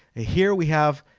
ah here we have